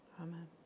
Amen